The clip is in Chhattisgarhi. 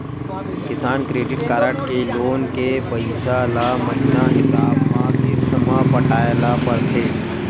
किसान क्रेडिट कारड के लोन के पइसा ल महिना हिसाब म किस्त म पटाए ल परथे